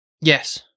Yes